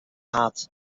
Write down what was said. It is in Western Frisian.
hat